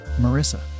Marissa